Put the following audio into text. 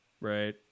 Right